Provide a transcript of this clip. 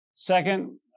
Second